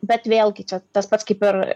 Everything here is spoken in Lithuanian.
bet vėlgi čia tas pats kaip ir